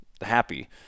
happy